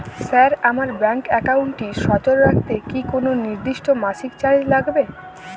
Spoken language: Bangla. স্যার আমার ব্যাঙ্ক একাউন্টটি সচল রাখতে কি কোনো নির্দিষ্ট মাসিক চার্জ লাগবে?